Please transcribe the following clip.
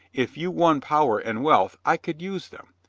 if you won power and wealth i could use them.